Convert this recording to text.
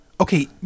Okay